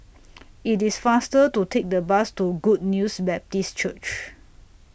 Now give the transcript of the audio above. IT IS faster to Take The Bus to Good News Baptist Church